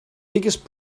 biggest